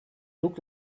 looked